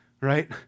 right